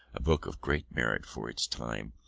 a book of great merit for its time,